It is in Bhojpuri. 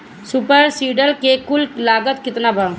सुपर सीडर के कुल लागत केतना बा?